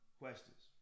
questions